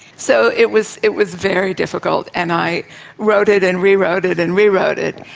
so it was it was very difficult, and i wrote it and rewrote it and rewrote it.